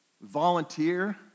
volunteer